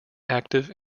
active